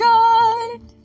God